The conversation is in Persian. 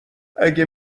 اگه